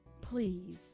Please